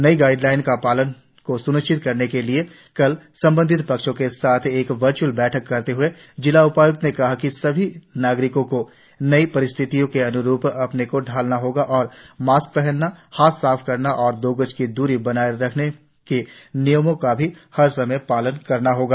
नए गाइडलाइंस के पालन को स्निश्चित करने के लिए कल संबंधित पक्षों के सथ एक वर्च्अल बैठक करते हए जिला उपाय्क्त ने कहा कि सभी नागरिकों को नई परिस्थितियों के अन्सार अपने को ढालना होगा और मास्क पहनने हाथ साफ करने और दो गज की दूरी बनाएं रखने के नियमों का भी हर समय पालन करना होगा